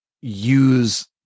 use